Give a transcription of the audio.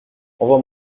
envoie